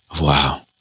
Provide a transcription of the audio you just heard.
Wow